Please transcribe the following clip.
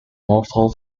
mortal